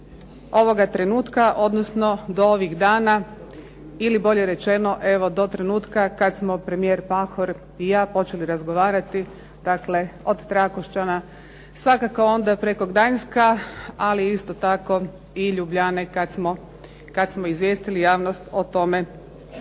ovoga trenutka, odnosno do ovih dana ili bolje rečeno evo do trenutka kada smo premijer Pahor i ja počeli razgovarati, dakle od Trakošćana, svakako onda preko Gdanska, ali isto tako i Ljubljane kada smo izvijestili javnost o tome